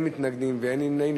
אין מתנגדים ואין נמנעים.